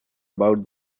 about